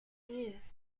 years